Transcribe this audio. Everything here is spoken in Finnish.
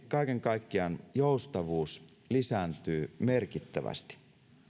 kaiken kaikkiaan joustavuus lisääntyy merkittävästi